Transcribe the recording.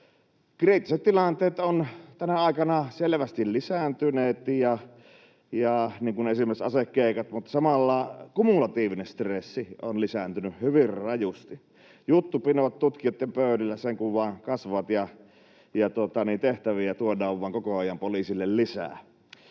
Kriittiset tilanteet ovat tänä aikana selvästi lisääntyneet, esimerkiksi asekeikat. Samalla kumulatiivinen stressi on lisääntynyt hyvin rajusti. Juttupinot tutkijoitten pöydällä sen kun vain kasvavat ja tehtäviä tuodaan koko ajan poliisille vain lisää.